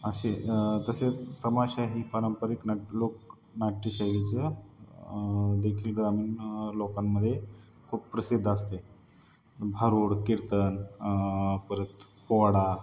असे तसेच तमाशा ही पारंपरिक नाट लोकनाट्य शैलीचं देखील ग्रामीण लोकांमध्ये खूप प्रसिद्ध असते भारुड कीर्तन परत पोवाडा